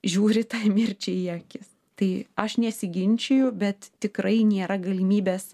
žiūri mirčiai į akis tai aš nesiginčiju bet tikrai nėra galimybės